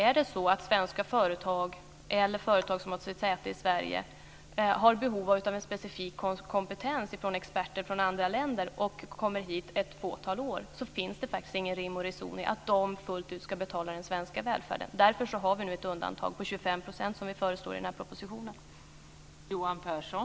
Är det så att svenska företag eller företag som har sitt säte i Sverige har behov av en specifik kompetens som innehas av experter från andra länder och de kommer hit ett fåtal år, finns det faktiskt ingen rim och reson i att de fullt ut ska betala den svenska välfärden. Därför föreslår vi nu ett undantag på 25 % i den här propositionen.